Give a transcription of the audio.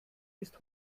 ist